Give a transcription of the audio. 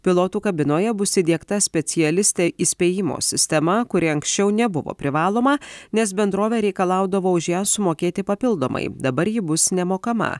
pilotų kabinoje bus įdiegta specialistė įspėjimo sistema kuri anksčiau nebuvo privaloma nes bendrovė reikalaudavo už ją sumokėti papildomai dabar ji bus nemokama